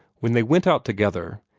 when they went out together,